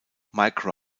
mike